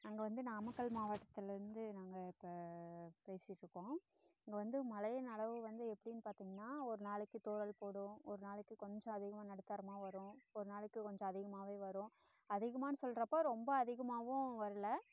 நாங்கள் வந்து நாமக்கல் மாவட்டத்திலருந்து நாங்கள் இப்போ பேசிட்டிருக்கோம் இங்கே வந்து மழையின் அளவு வந்து எப்படின்னு பார்த்திங்கன்னா ஒரு நாளைக்கு தூறல் போடும் ஒரு நாளைக்கு கொஞ்சம் அதிகமாக நடுத்தரமாக வரும் ஒரு நாளைக்கு கொஞ்சம் அதிகமாகவே வரும் அதிகமான்னு சொல்லுறப்போ ரொம்ப அதிகமாகவும் வரலை